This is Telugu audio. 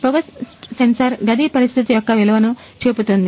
పొగ సెన్సార్ గది పరిస్థితి యొక్క విలువను చూపుతుంది